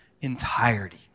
entirety